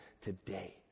today